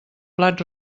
plat